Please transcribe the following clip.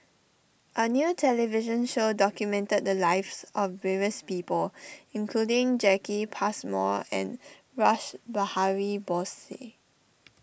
a new television show documented the lives of various people including Jacki Passmore and Rash Behari Bose